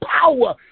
power